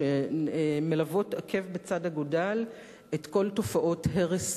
שמלוות עקב בצד אגודל את כל תופעות הרס